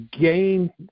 gain